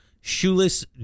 Shoeless